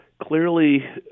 Clearly